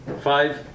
five